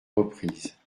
reprises